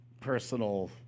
personal